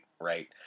right